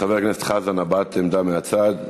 חבר הכנסת חזן, הבעת עמדה מהצד.